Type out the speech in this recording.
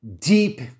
deep